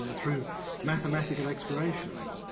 ah through mathematical exploration.